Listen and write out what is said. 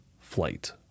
flight